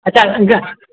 अछा